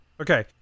Okay